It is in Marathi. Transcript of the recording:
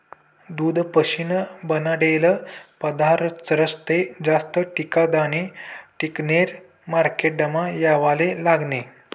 दूध पाशीन बनाडेल पदारथस्ले जास्त टिकाडानी टेकनिक मार्केटमा येवाले लागनी